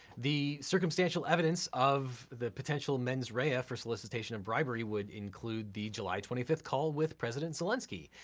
the circumstantial evidence of the potential mens rea ah for solicitation of bribery would include the july twenty fifth call with president zelensky,